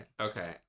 Okay